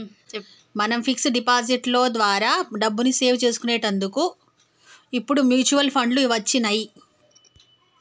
మనం fix deposit లో ద్వారా డబ్బుని సేవ్ చేసుకునేటందుకు ఇప్పుడు మ్యూచువల్ ఫండ్లు వచ్చినియ్యి